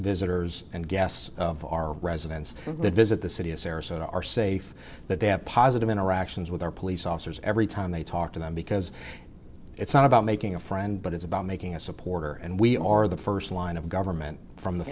visitors and guests of our residents visit the city of sarasota are safe that they have positive interactions with our police officers every time they talk to them because it's not about making a friend but it's about making a supporter and we are the first line of government from the